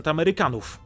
Amerykanów